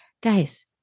Guys